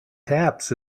taps